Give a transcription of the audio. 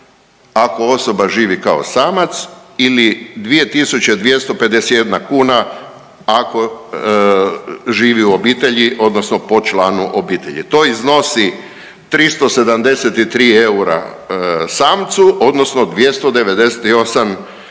ako osoba živi kao samac ili 2.251 kuna ako živi u obitelji odnosno po članu obitelji. To iznosi 373 eura samcu odnosno 298,88